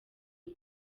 uyu